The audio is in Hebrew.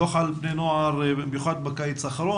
דו"ח על בני הנוער במיוחד בקיץ האחרון